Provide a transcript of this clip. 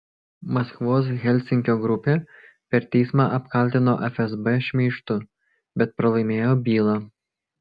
maskvos helsinkio grupė per teismą apkaltino fsb šmeižtu bet pralaimėjo bylą